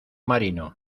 marino